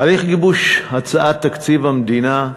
הליך גיבוש הצעת תקציב המדינה,